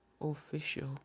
Official